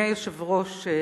אדוני היושב-ראש,